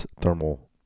thermal